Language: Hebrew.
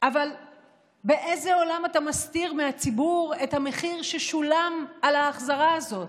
אבל באיזה עולם אתה מסתיר מהציבור את המחיר ששולם על ההחזרה הזאת?